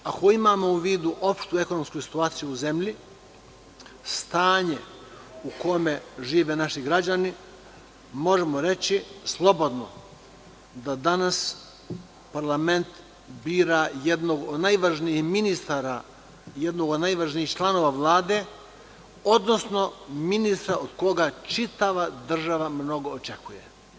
Ako imamo u vidu opštu ekonomsku situaciju u zemlji, stanje u kome žive naši građani, možemo reći slobodno da danas parlament bira jednog od najvažnijih ministara, jednog od najvažnijih članova Vlade, odnosno ministra od koga čitava država mnogo očekuje.